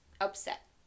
upset